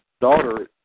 daughter